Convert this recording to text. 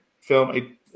film